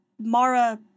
Mara